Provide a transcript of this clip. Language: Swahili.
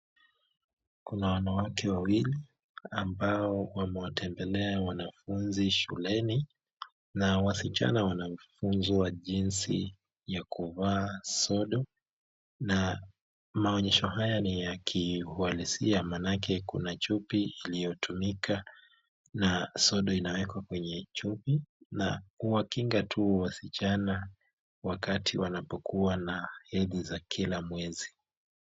Kuna wanawake wawili ambao wamewatembelea wanafunzi shuleni na wasichana wanafuzwa jinsi ya kuvaa sodo na maonyesho haya ni ya kiuhalisia kwa sababu kuna chupi iliyotumika na sodo inawekwa kwenye chupi na kuwakinga tu wasichana wakati wanapokuwa na hedhi za kila mwezi.